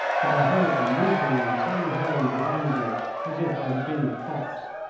but i heard them whooping and tally-hoing behind me as if i had been a fox.